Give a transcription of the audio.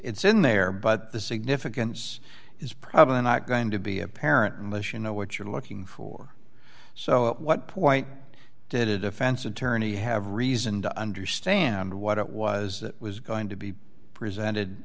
in there but the significance is probably not going to be apparent unless you know what you're looking for so at what point did a defense attorney have reason to understand what it was that was going to be presented